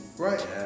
Right